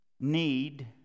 need